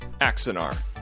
Axinar